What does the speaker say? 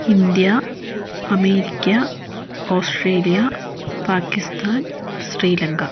India America Australia Pakistan Sri Lanka